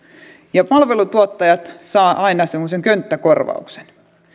ja palveluntuottajat saavat aina semmoisen könttäkorvauksen